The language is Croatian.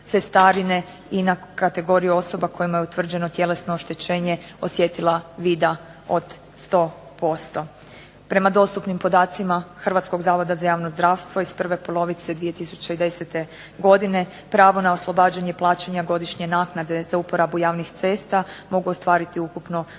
i na kategoriju osoba kojima je utvrđeno tjelesno oštećenje osjetila vida od 100%. Prema dostupnim podacima Hrvatskog zavoda za javno zdravstvo iz prve polovice 2010. godine pravo na oslobađanje plaćanja godišnje naknade za uporabu javnih cesta mogu ostvariti ukupno 24334